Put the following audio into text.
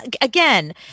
again